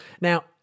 Now